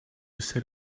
set